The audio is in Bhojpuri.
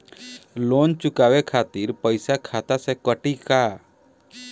लोन चुकावे खातिर पईसा खाता से कटी का?